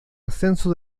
ascenso